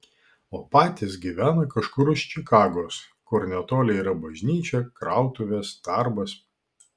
o patys gyvena kažkur už čikagos kur netoli yra bažnyčia krautuvės darbas